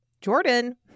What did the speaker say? Jordan